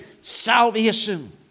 salvation